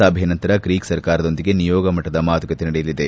ಸಭೆಯ ನಂತರ ಗ್ರೀಕ್ ಸರ್ಕಾರದೊಂದಿಗೆ ನಿಯೋಗ ಮಟ್ಟದ ಮಾತುಕತೆ ನಡೆಯಲಿದೆ